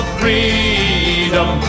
freedom